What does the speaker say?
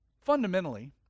Fundamentally